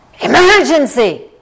Emergency